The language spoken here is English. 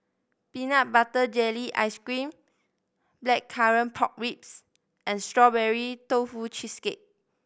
peanut butter jelly ice cream Blackcurrant Pork Ribs and Strawberry Tofu Cheesecake